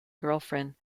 girlfriend